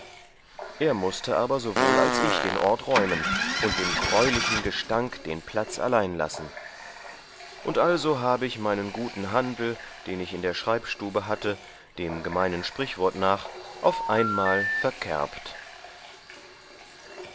er mußte aber sowohl als ich den ort räumen und dem greulichen gestank den platz allein lassen und also habe ich meinen guten handel den ich in der schreibstube hatte dem gemeinen sprichwort nach auf einmal verkerbt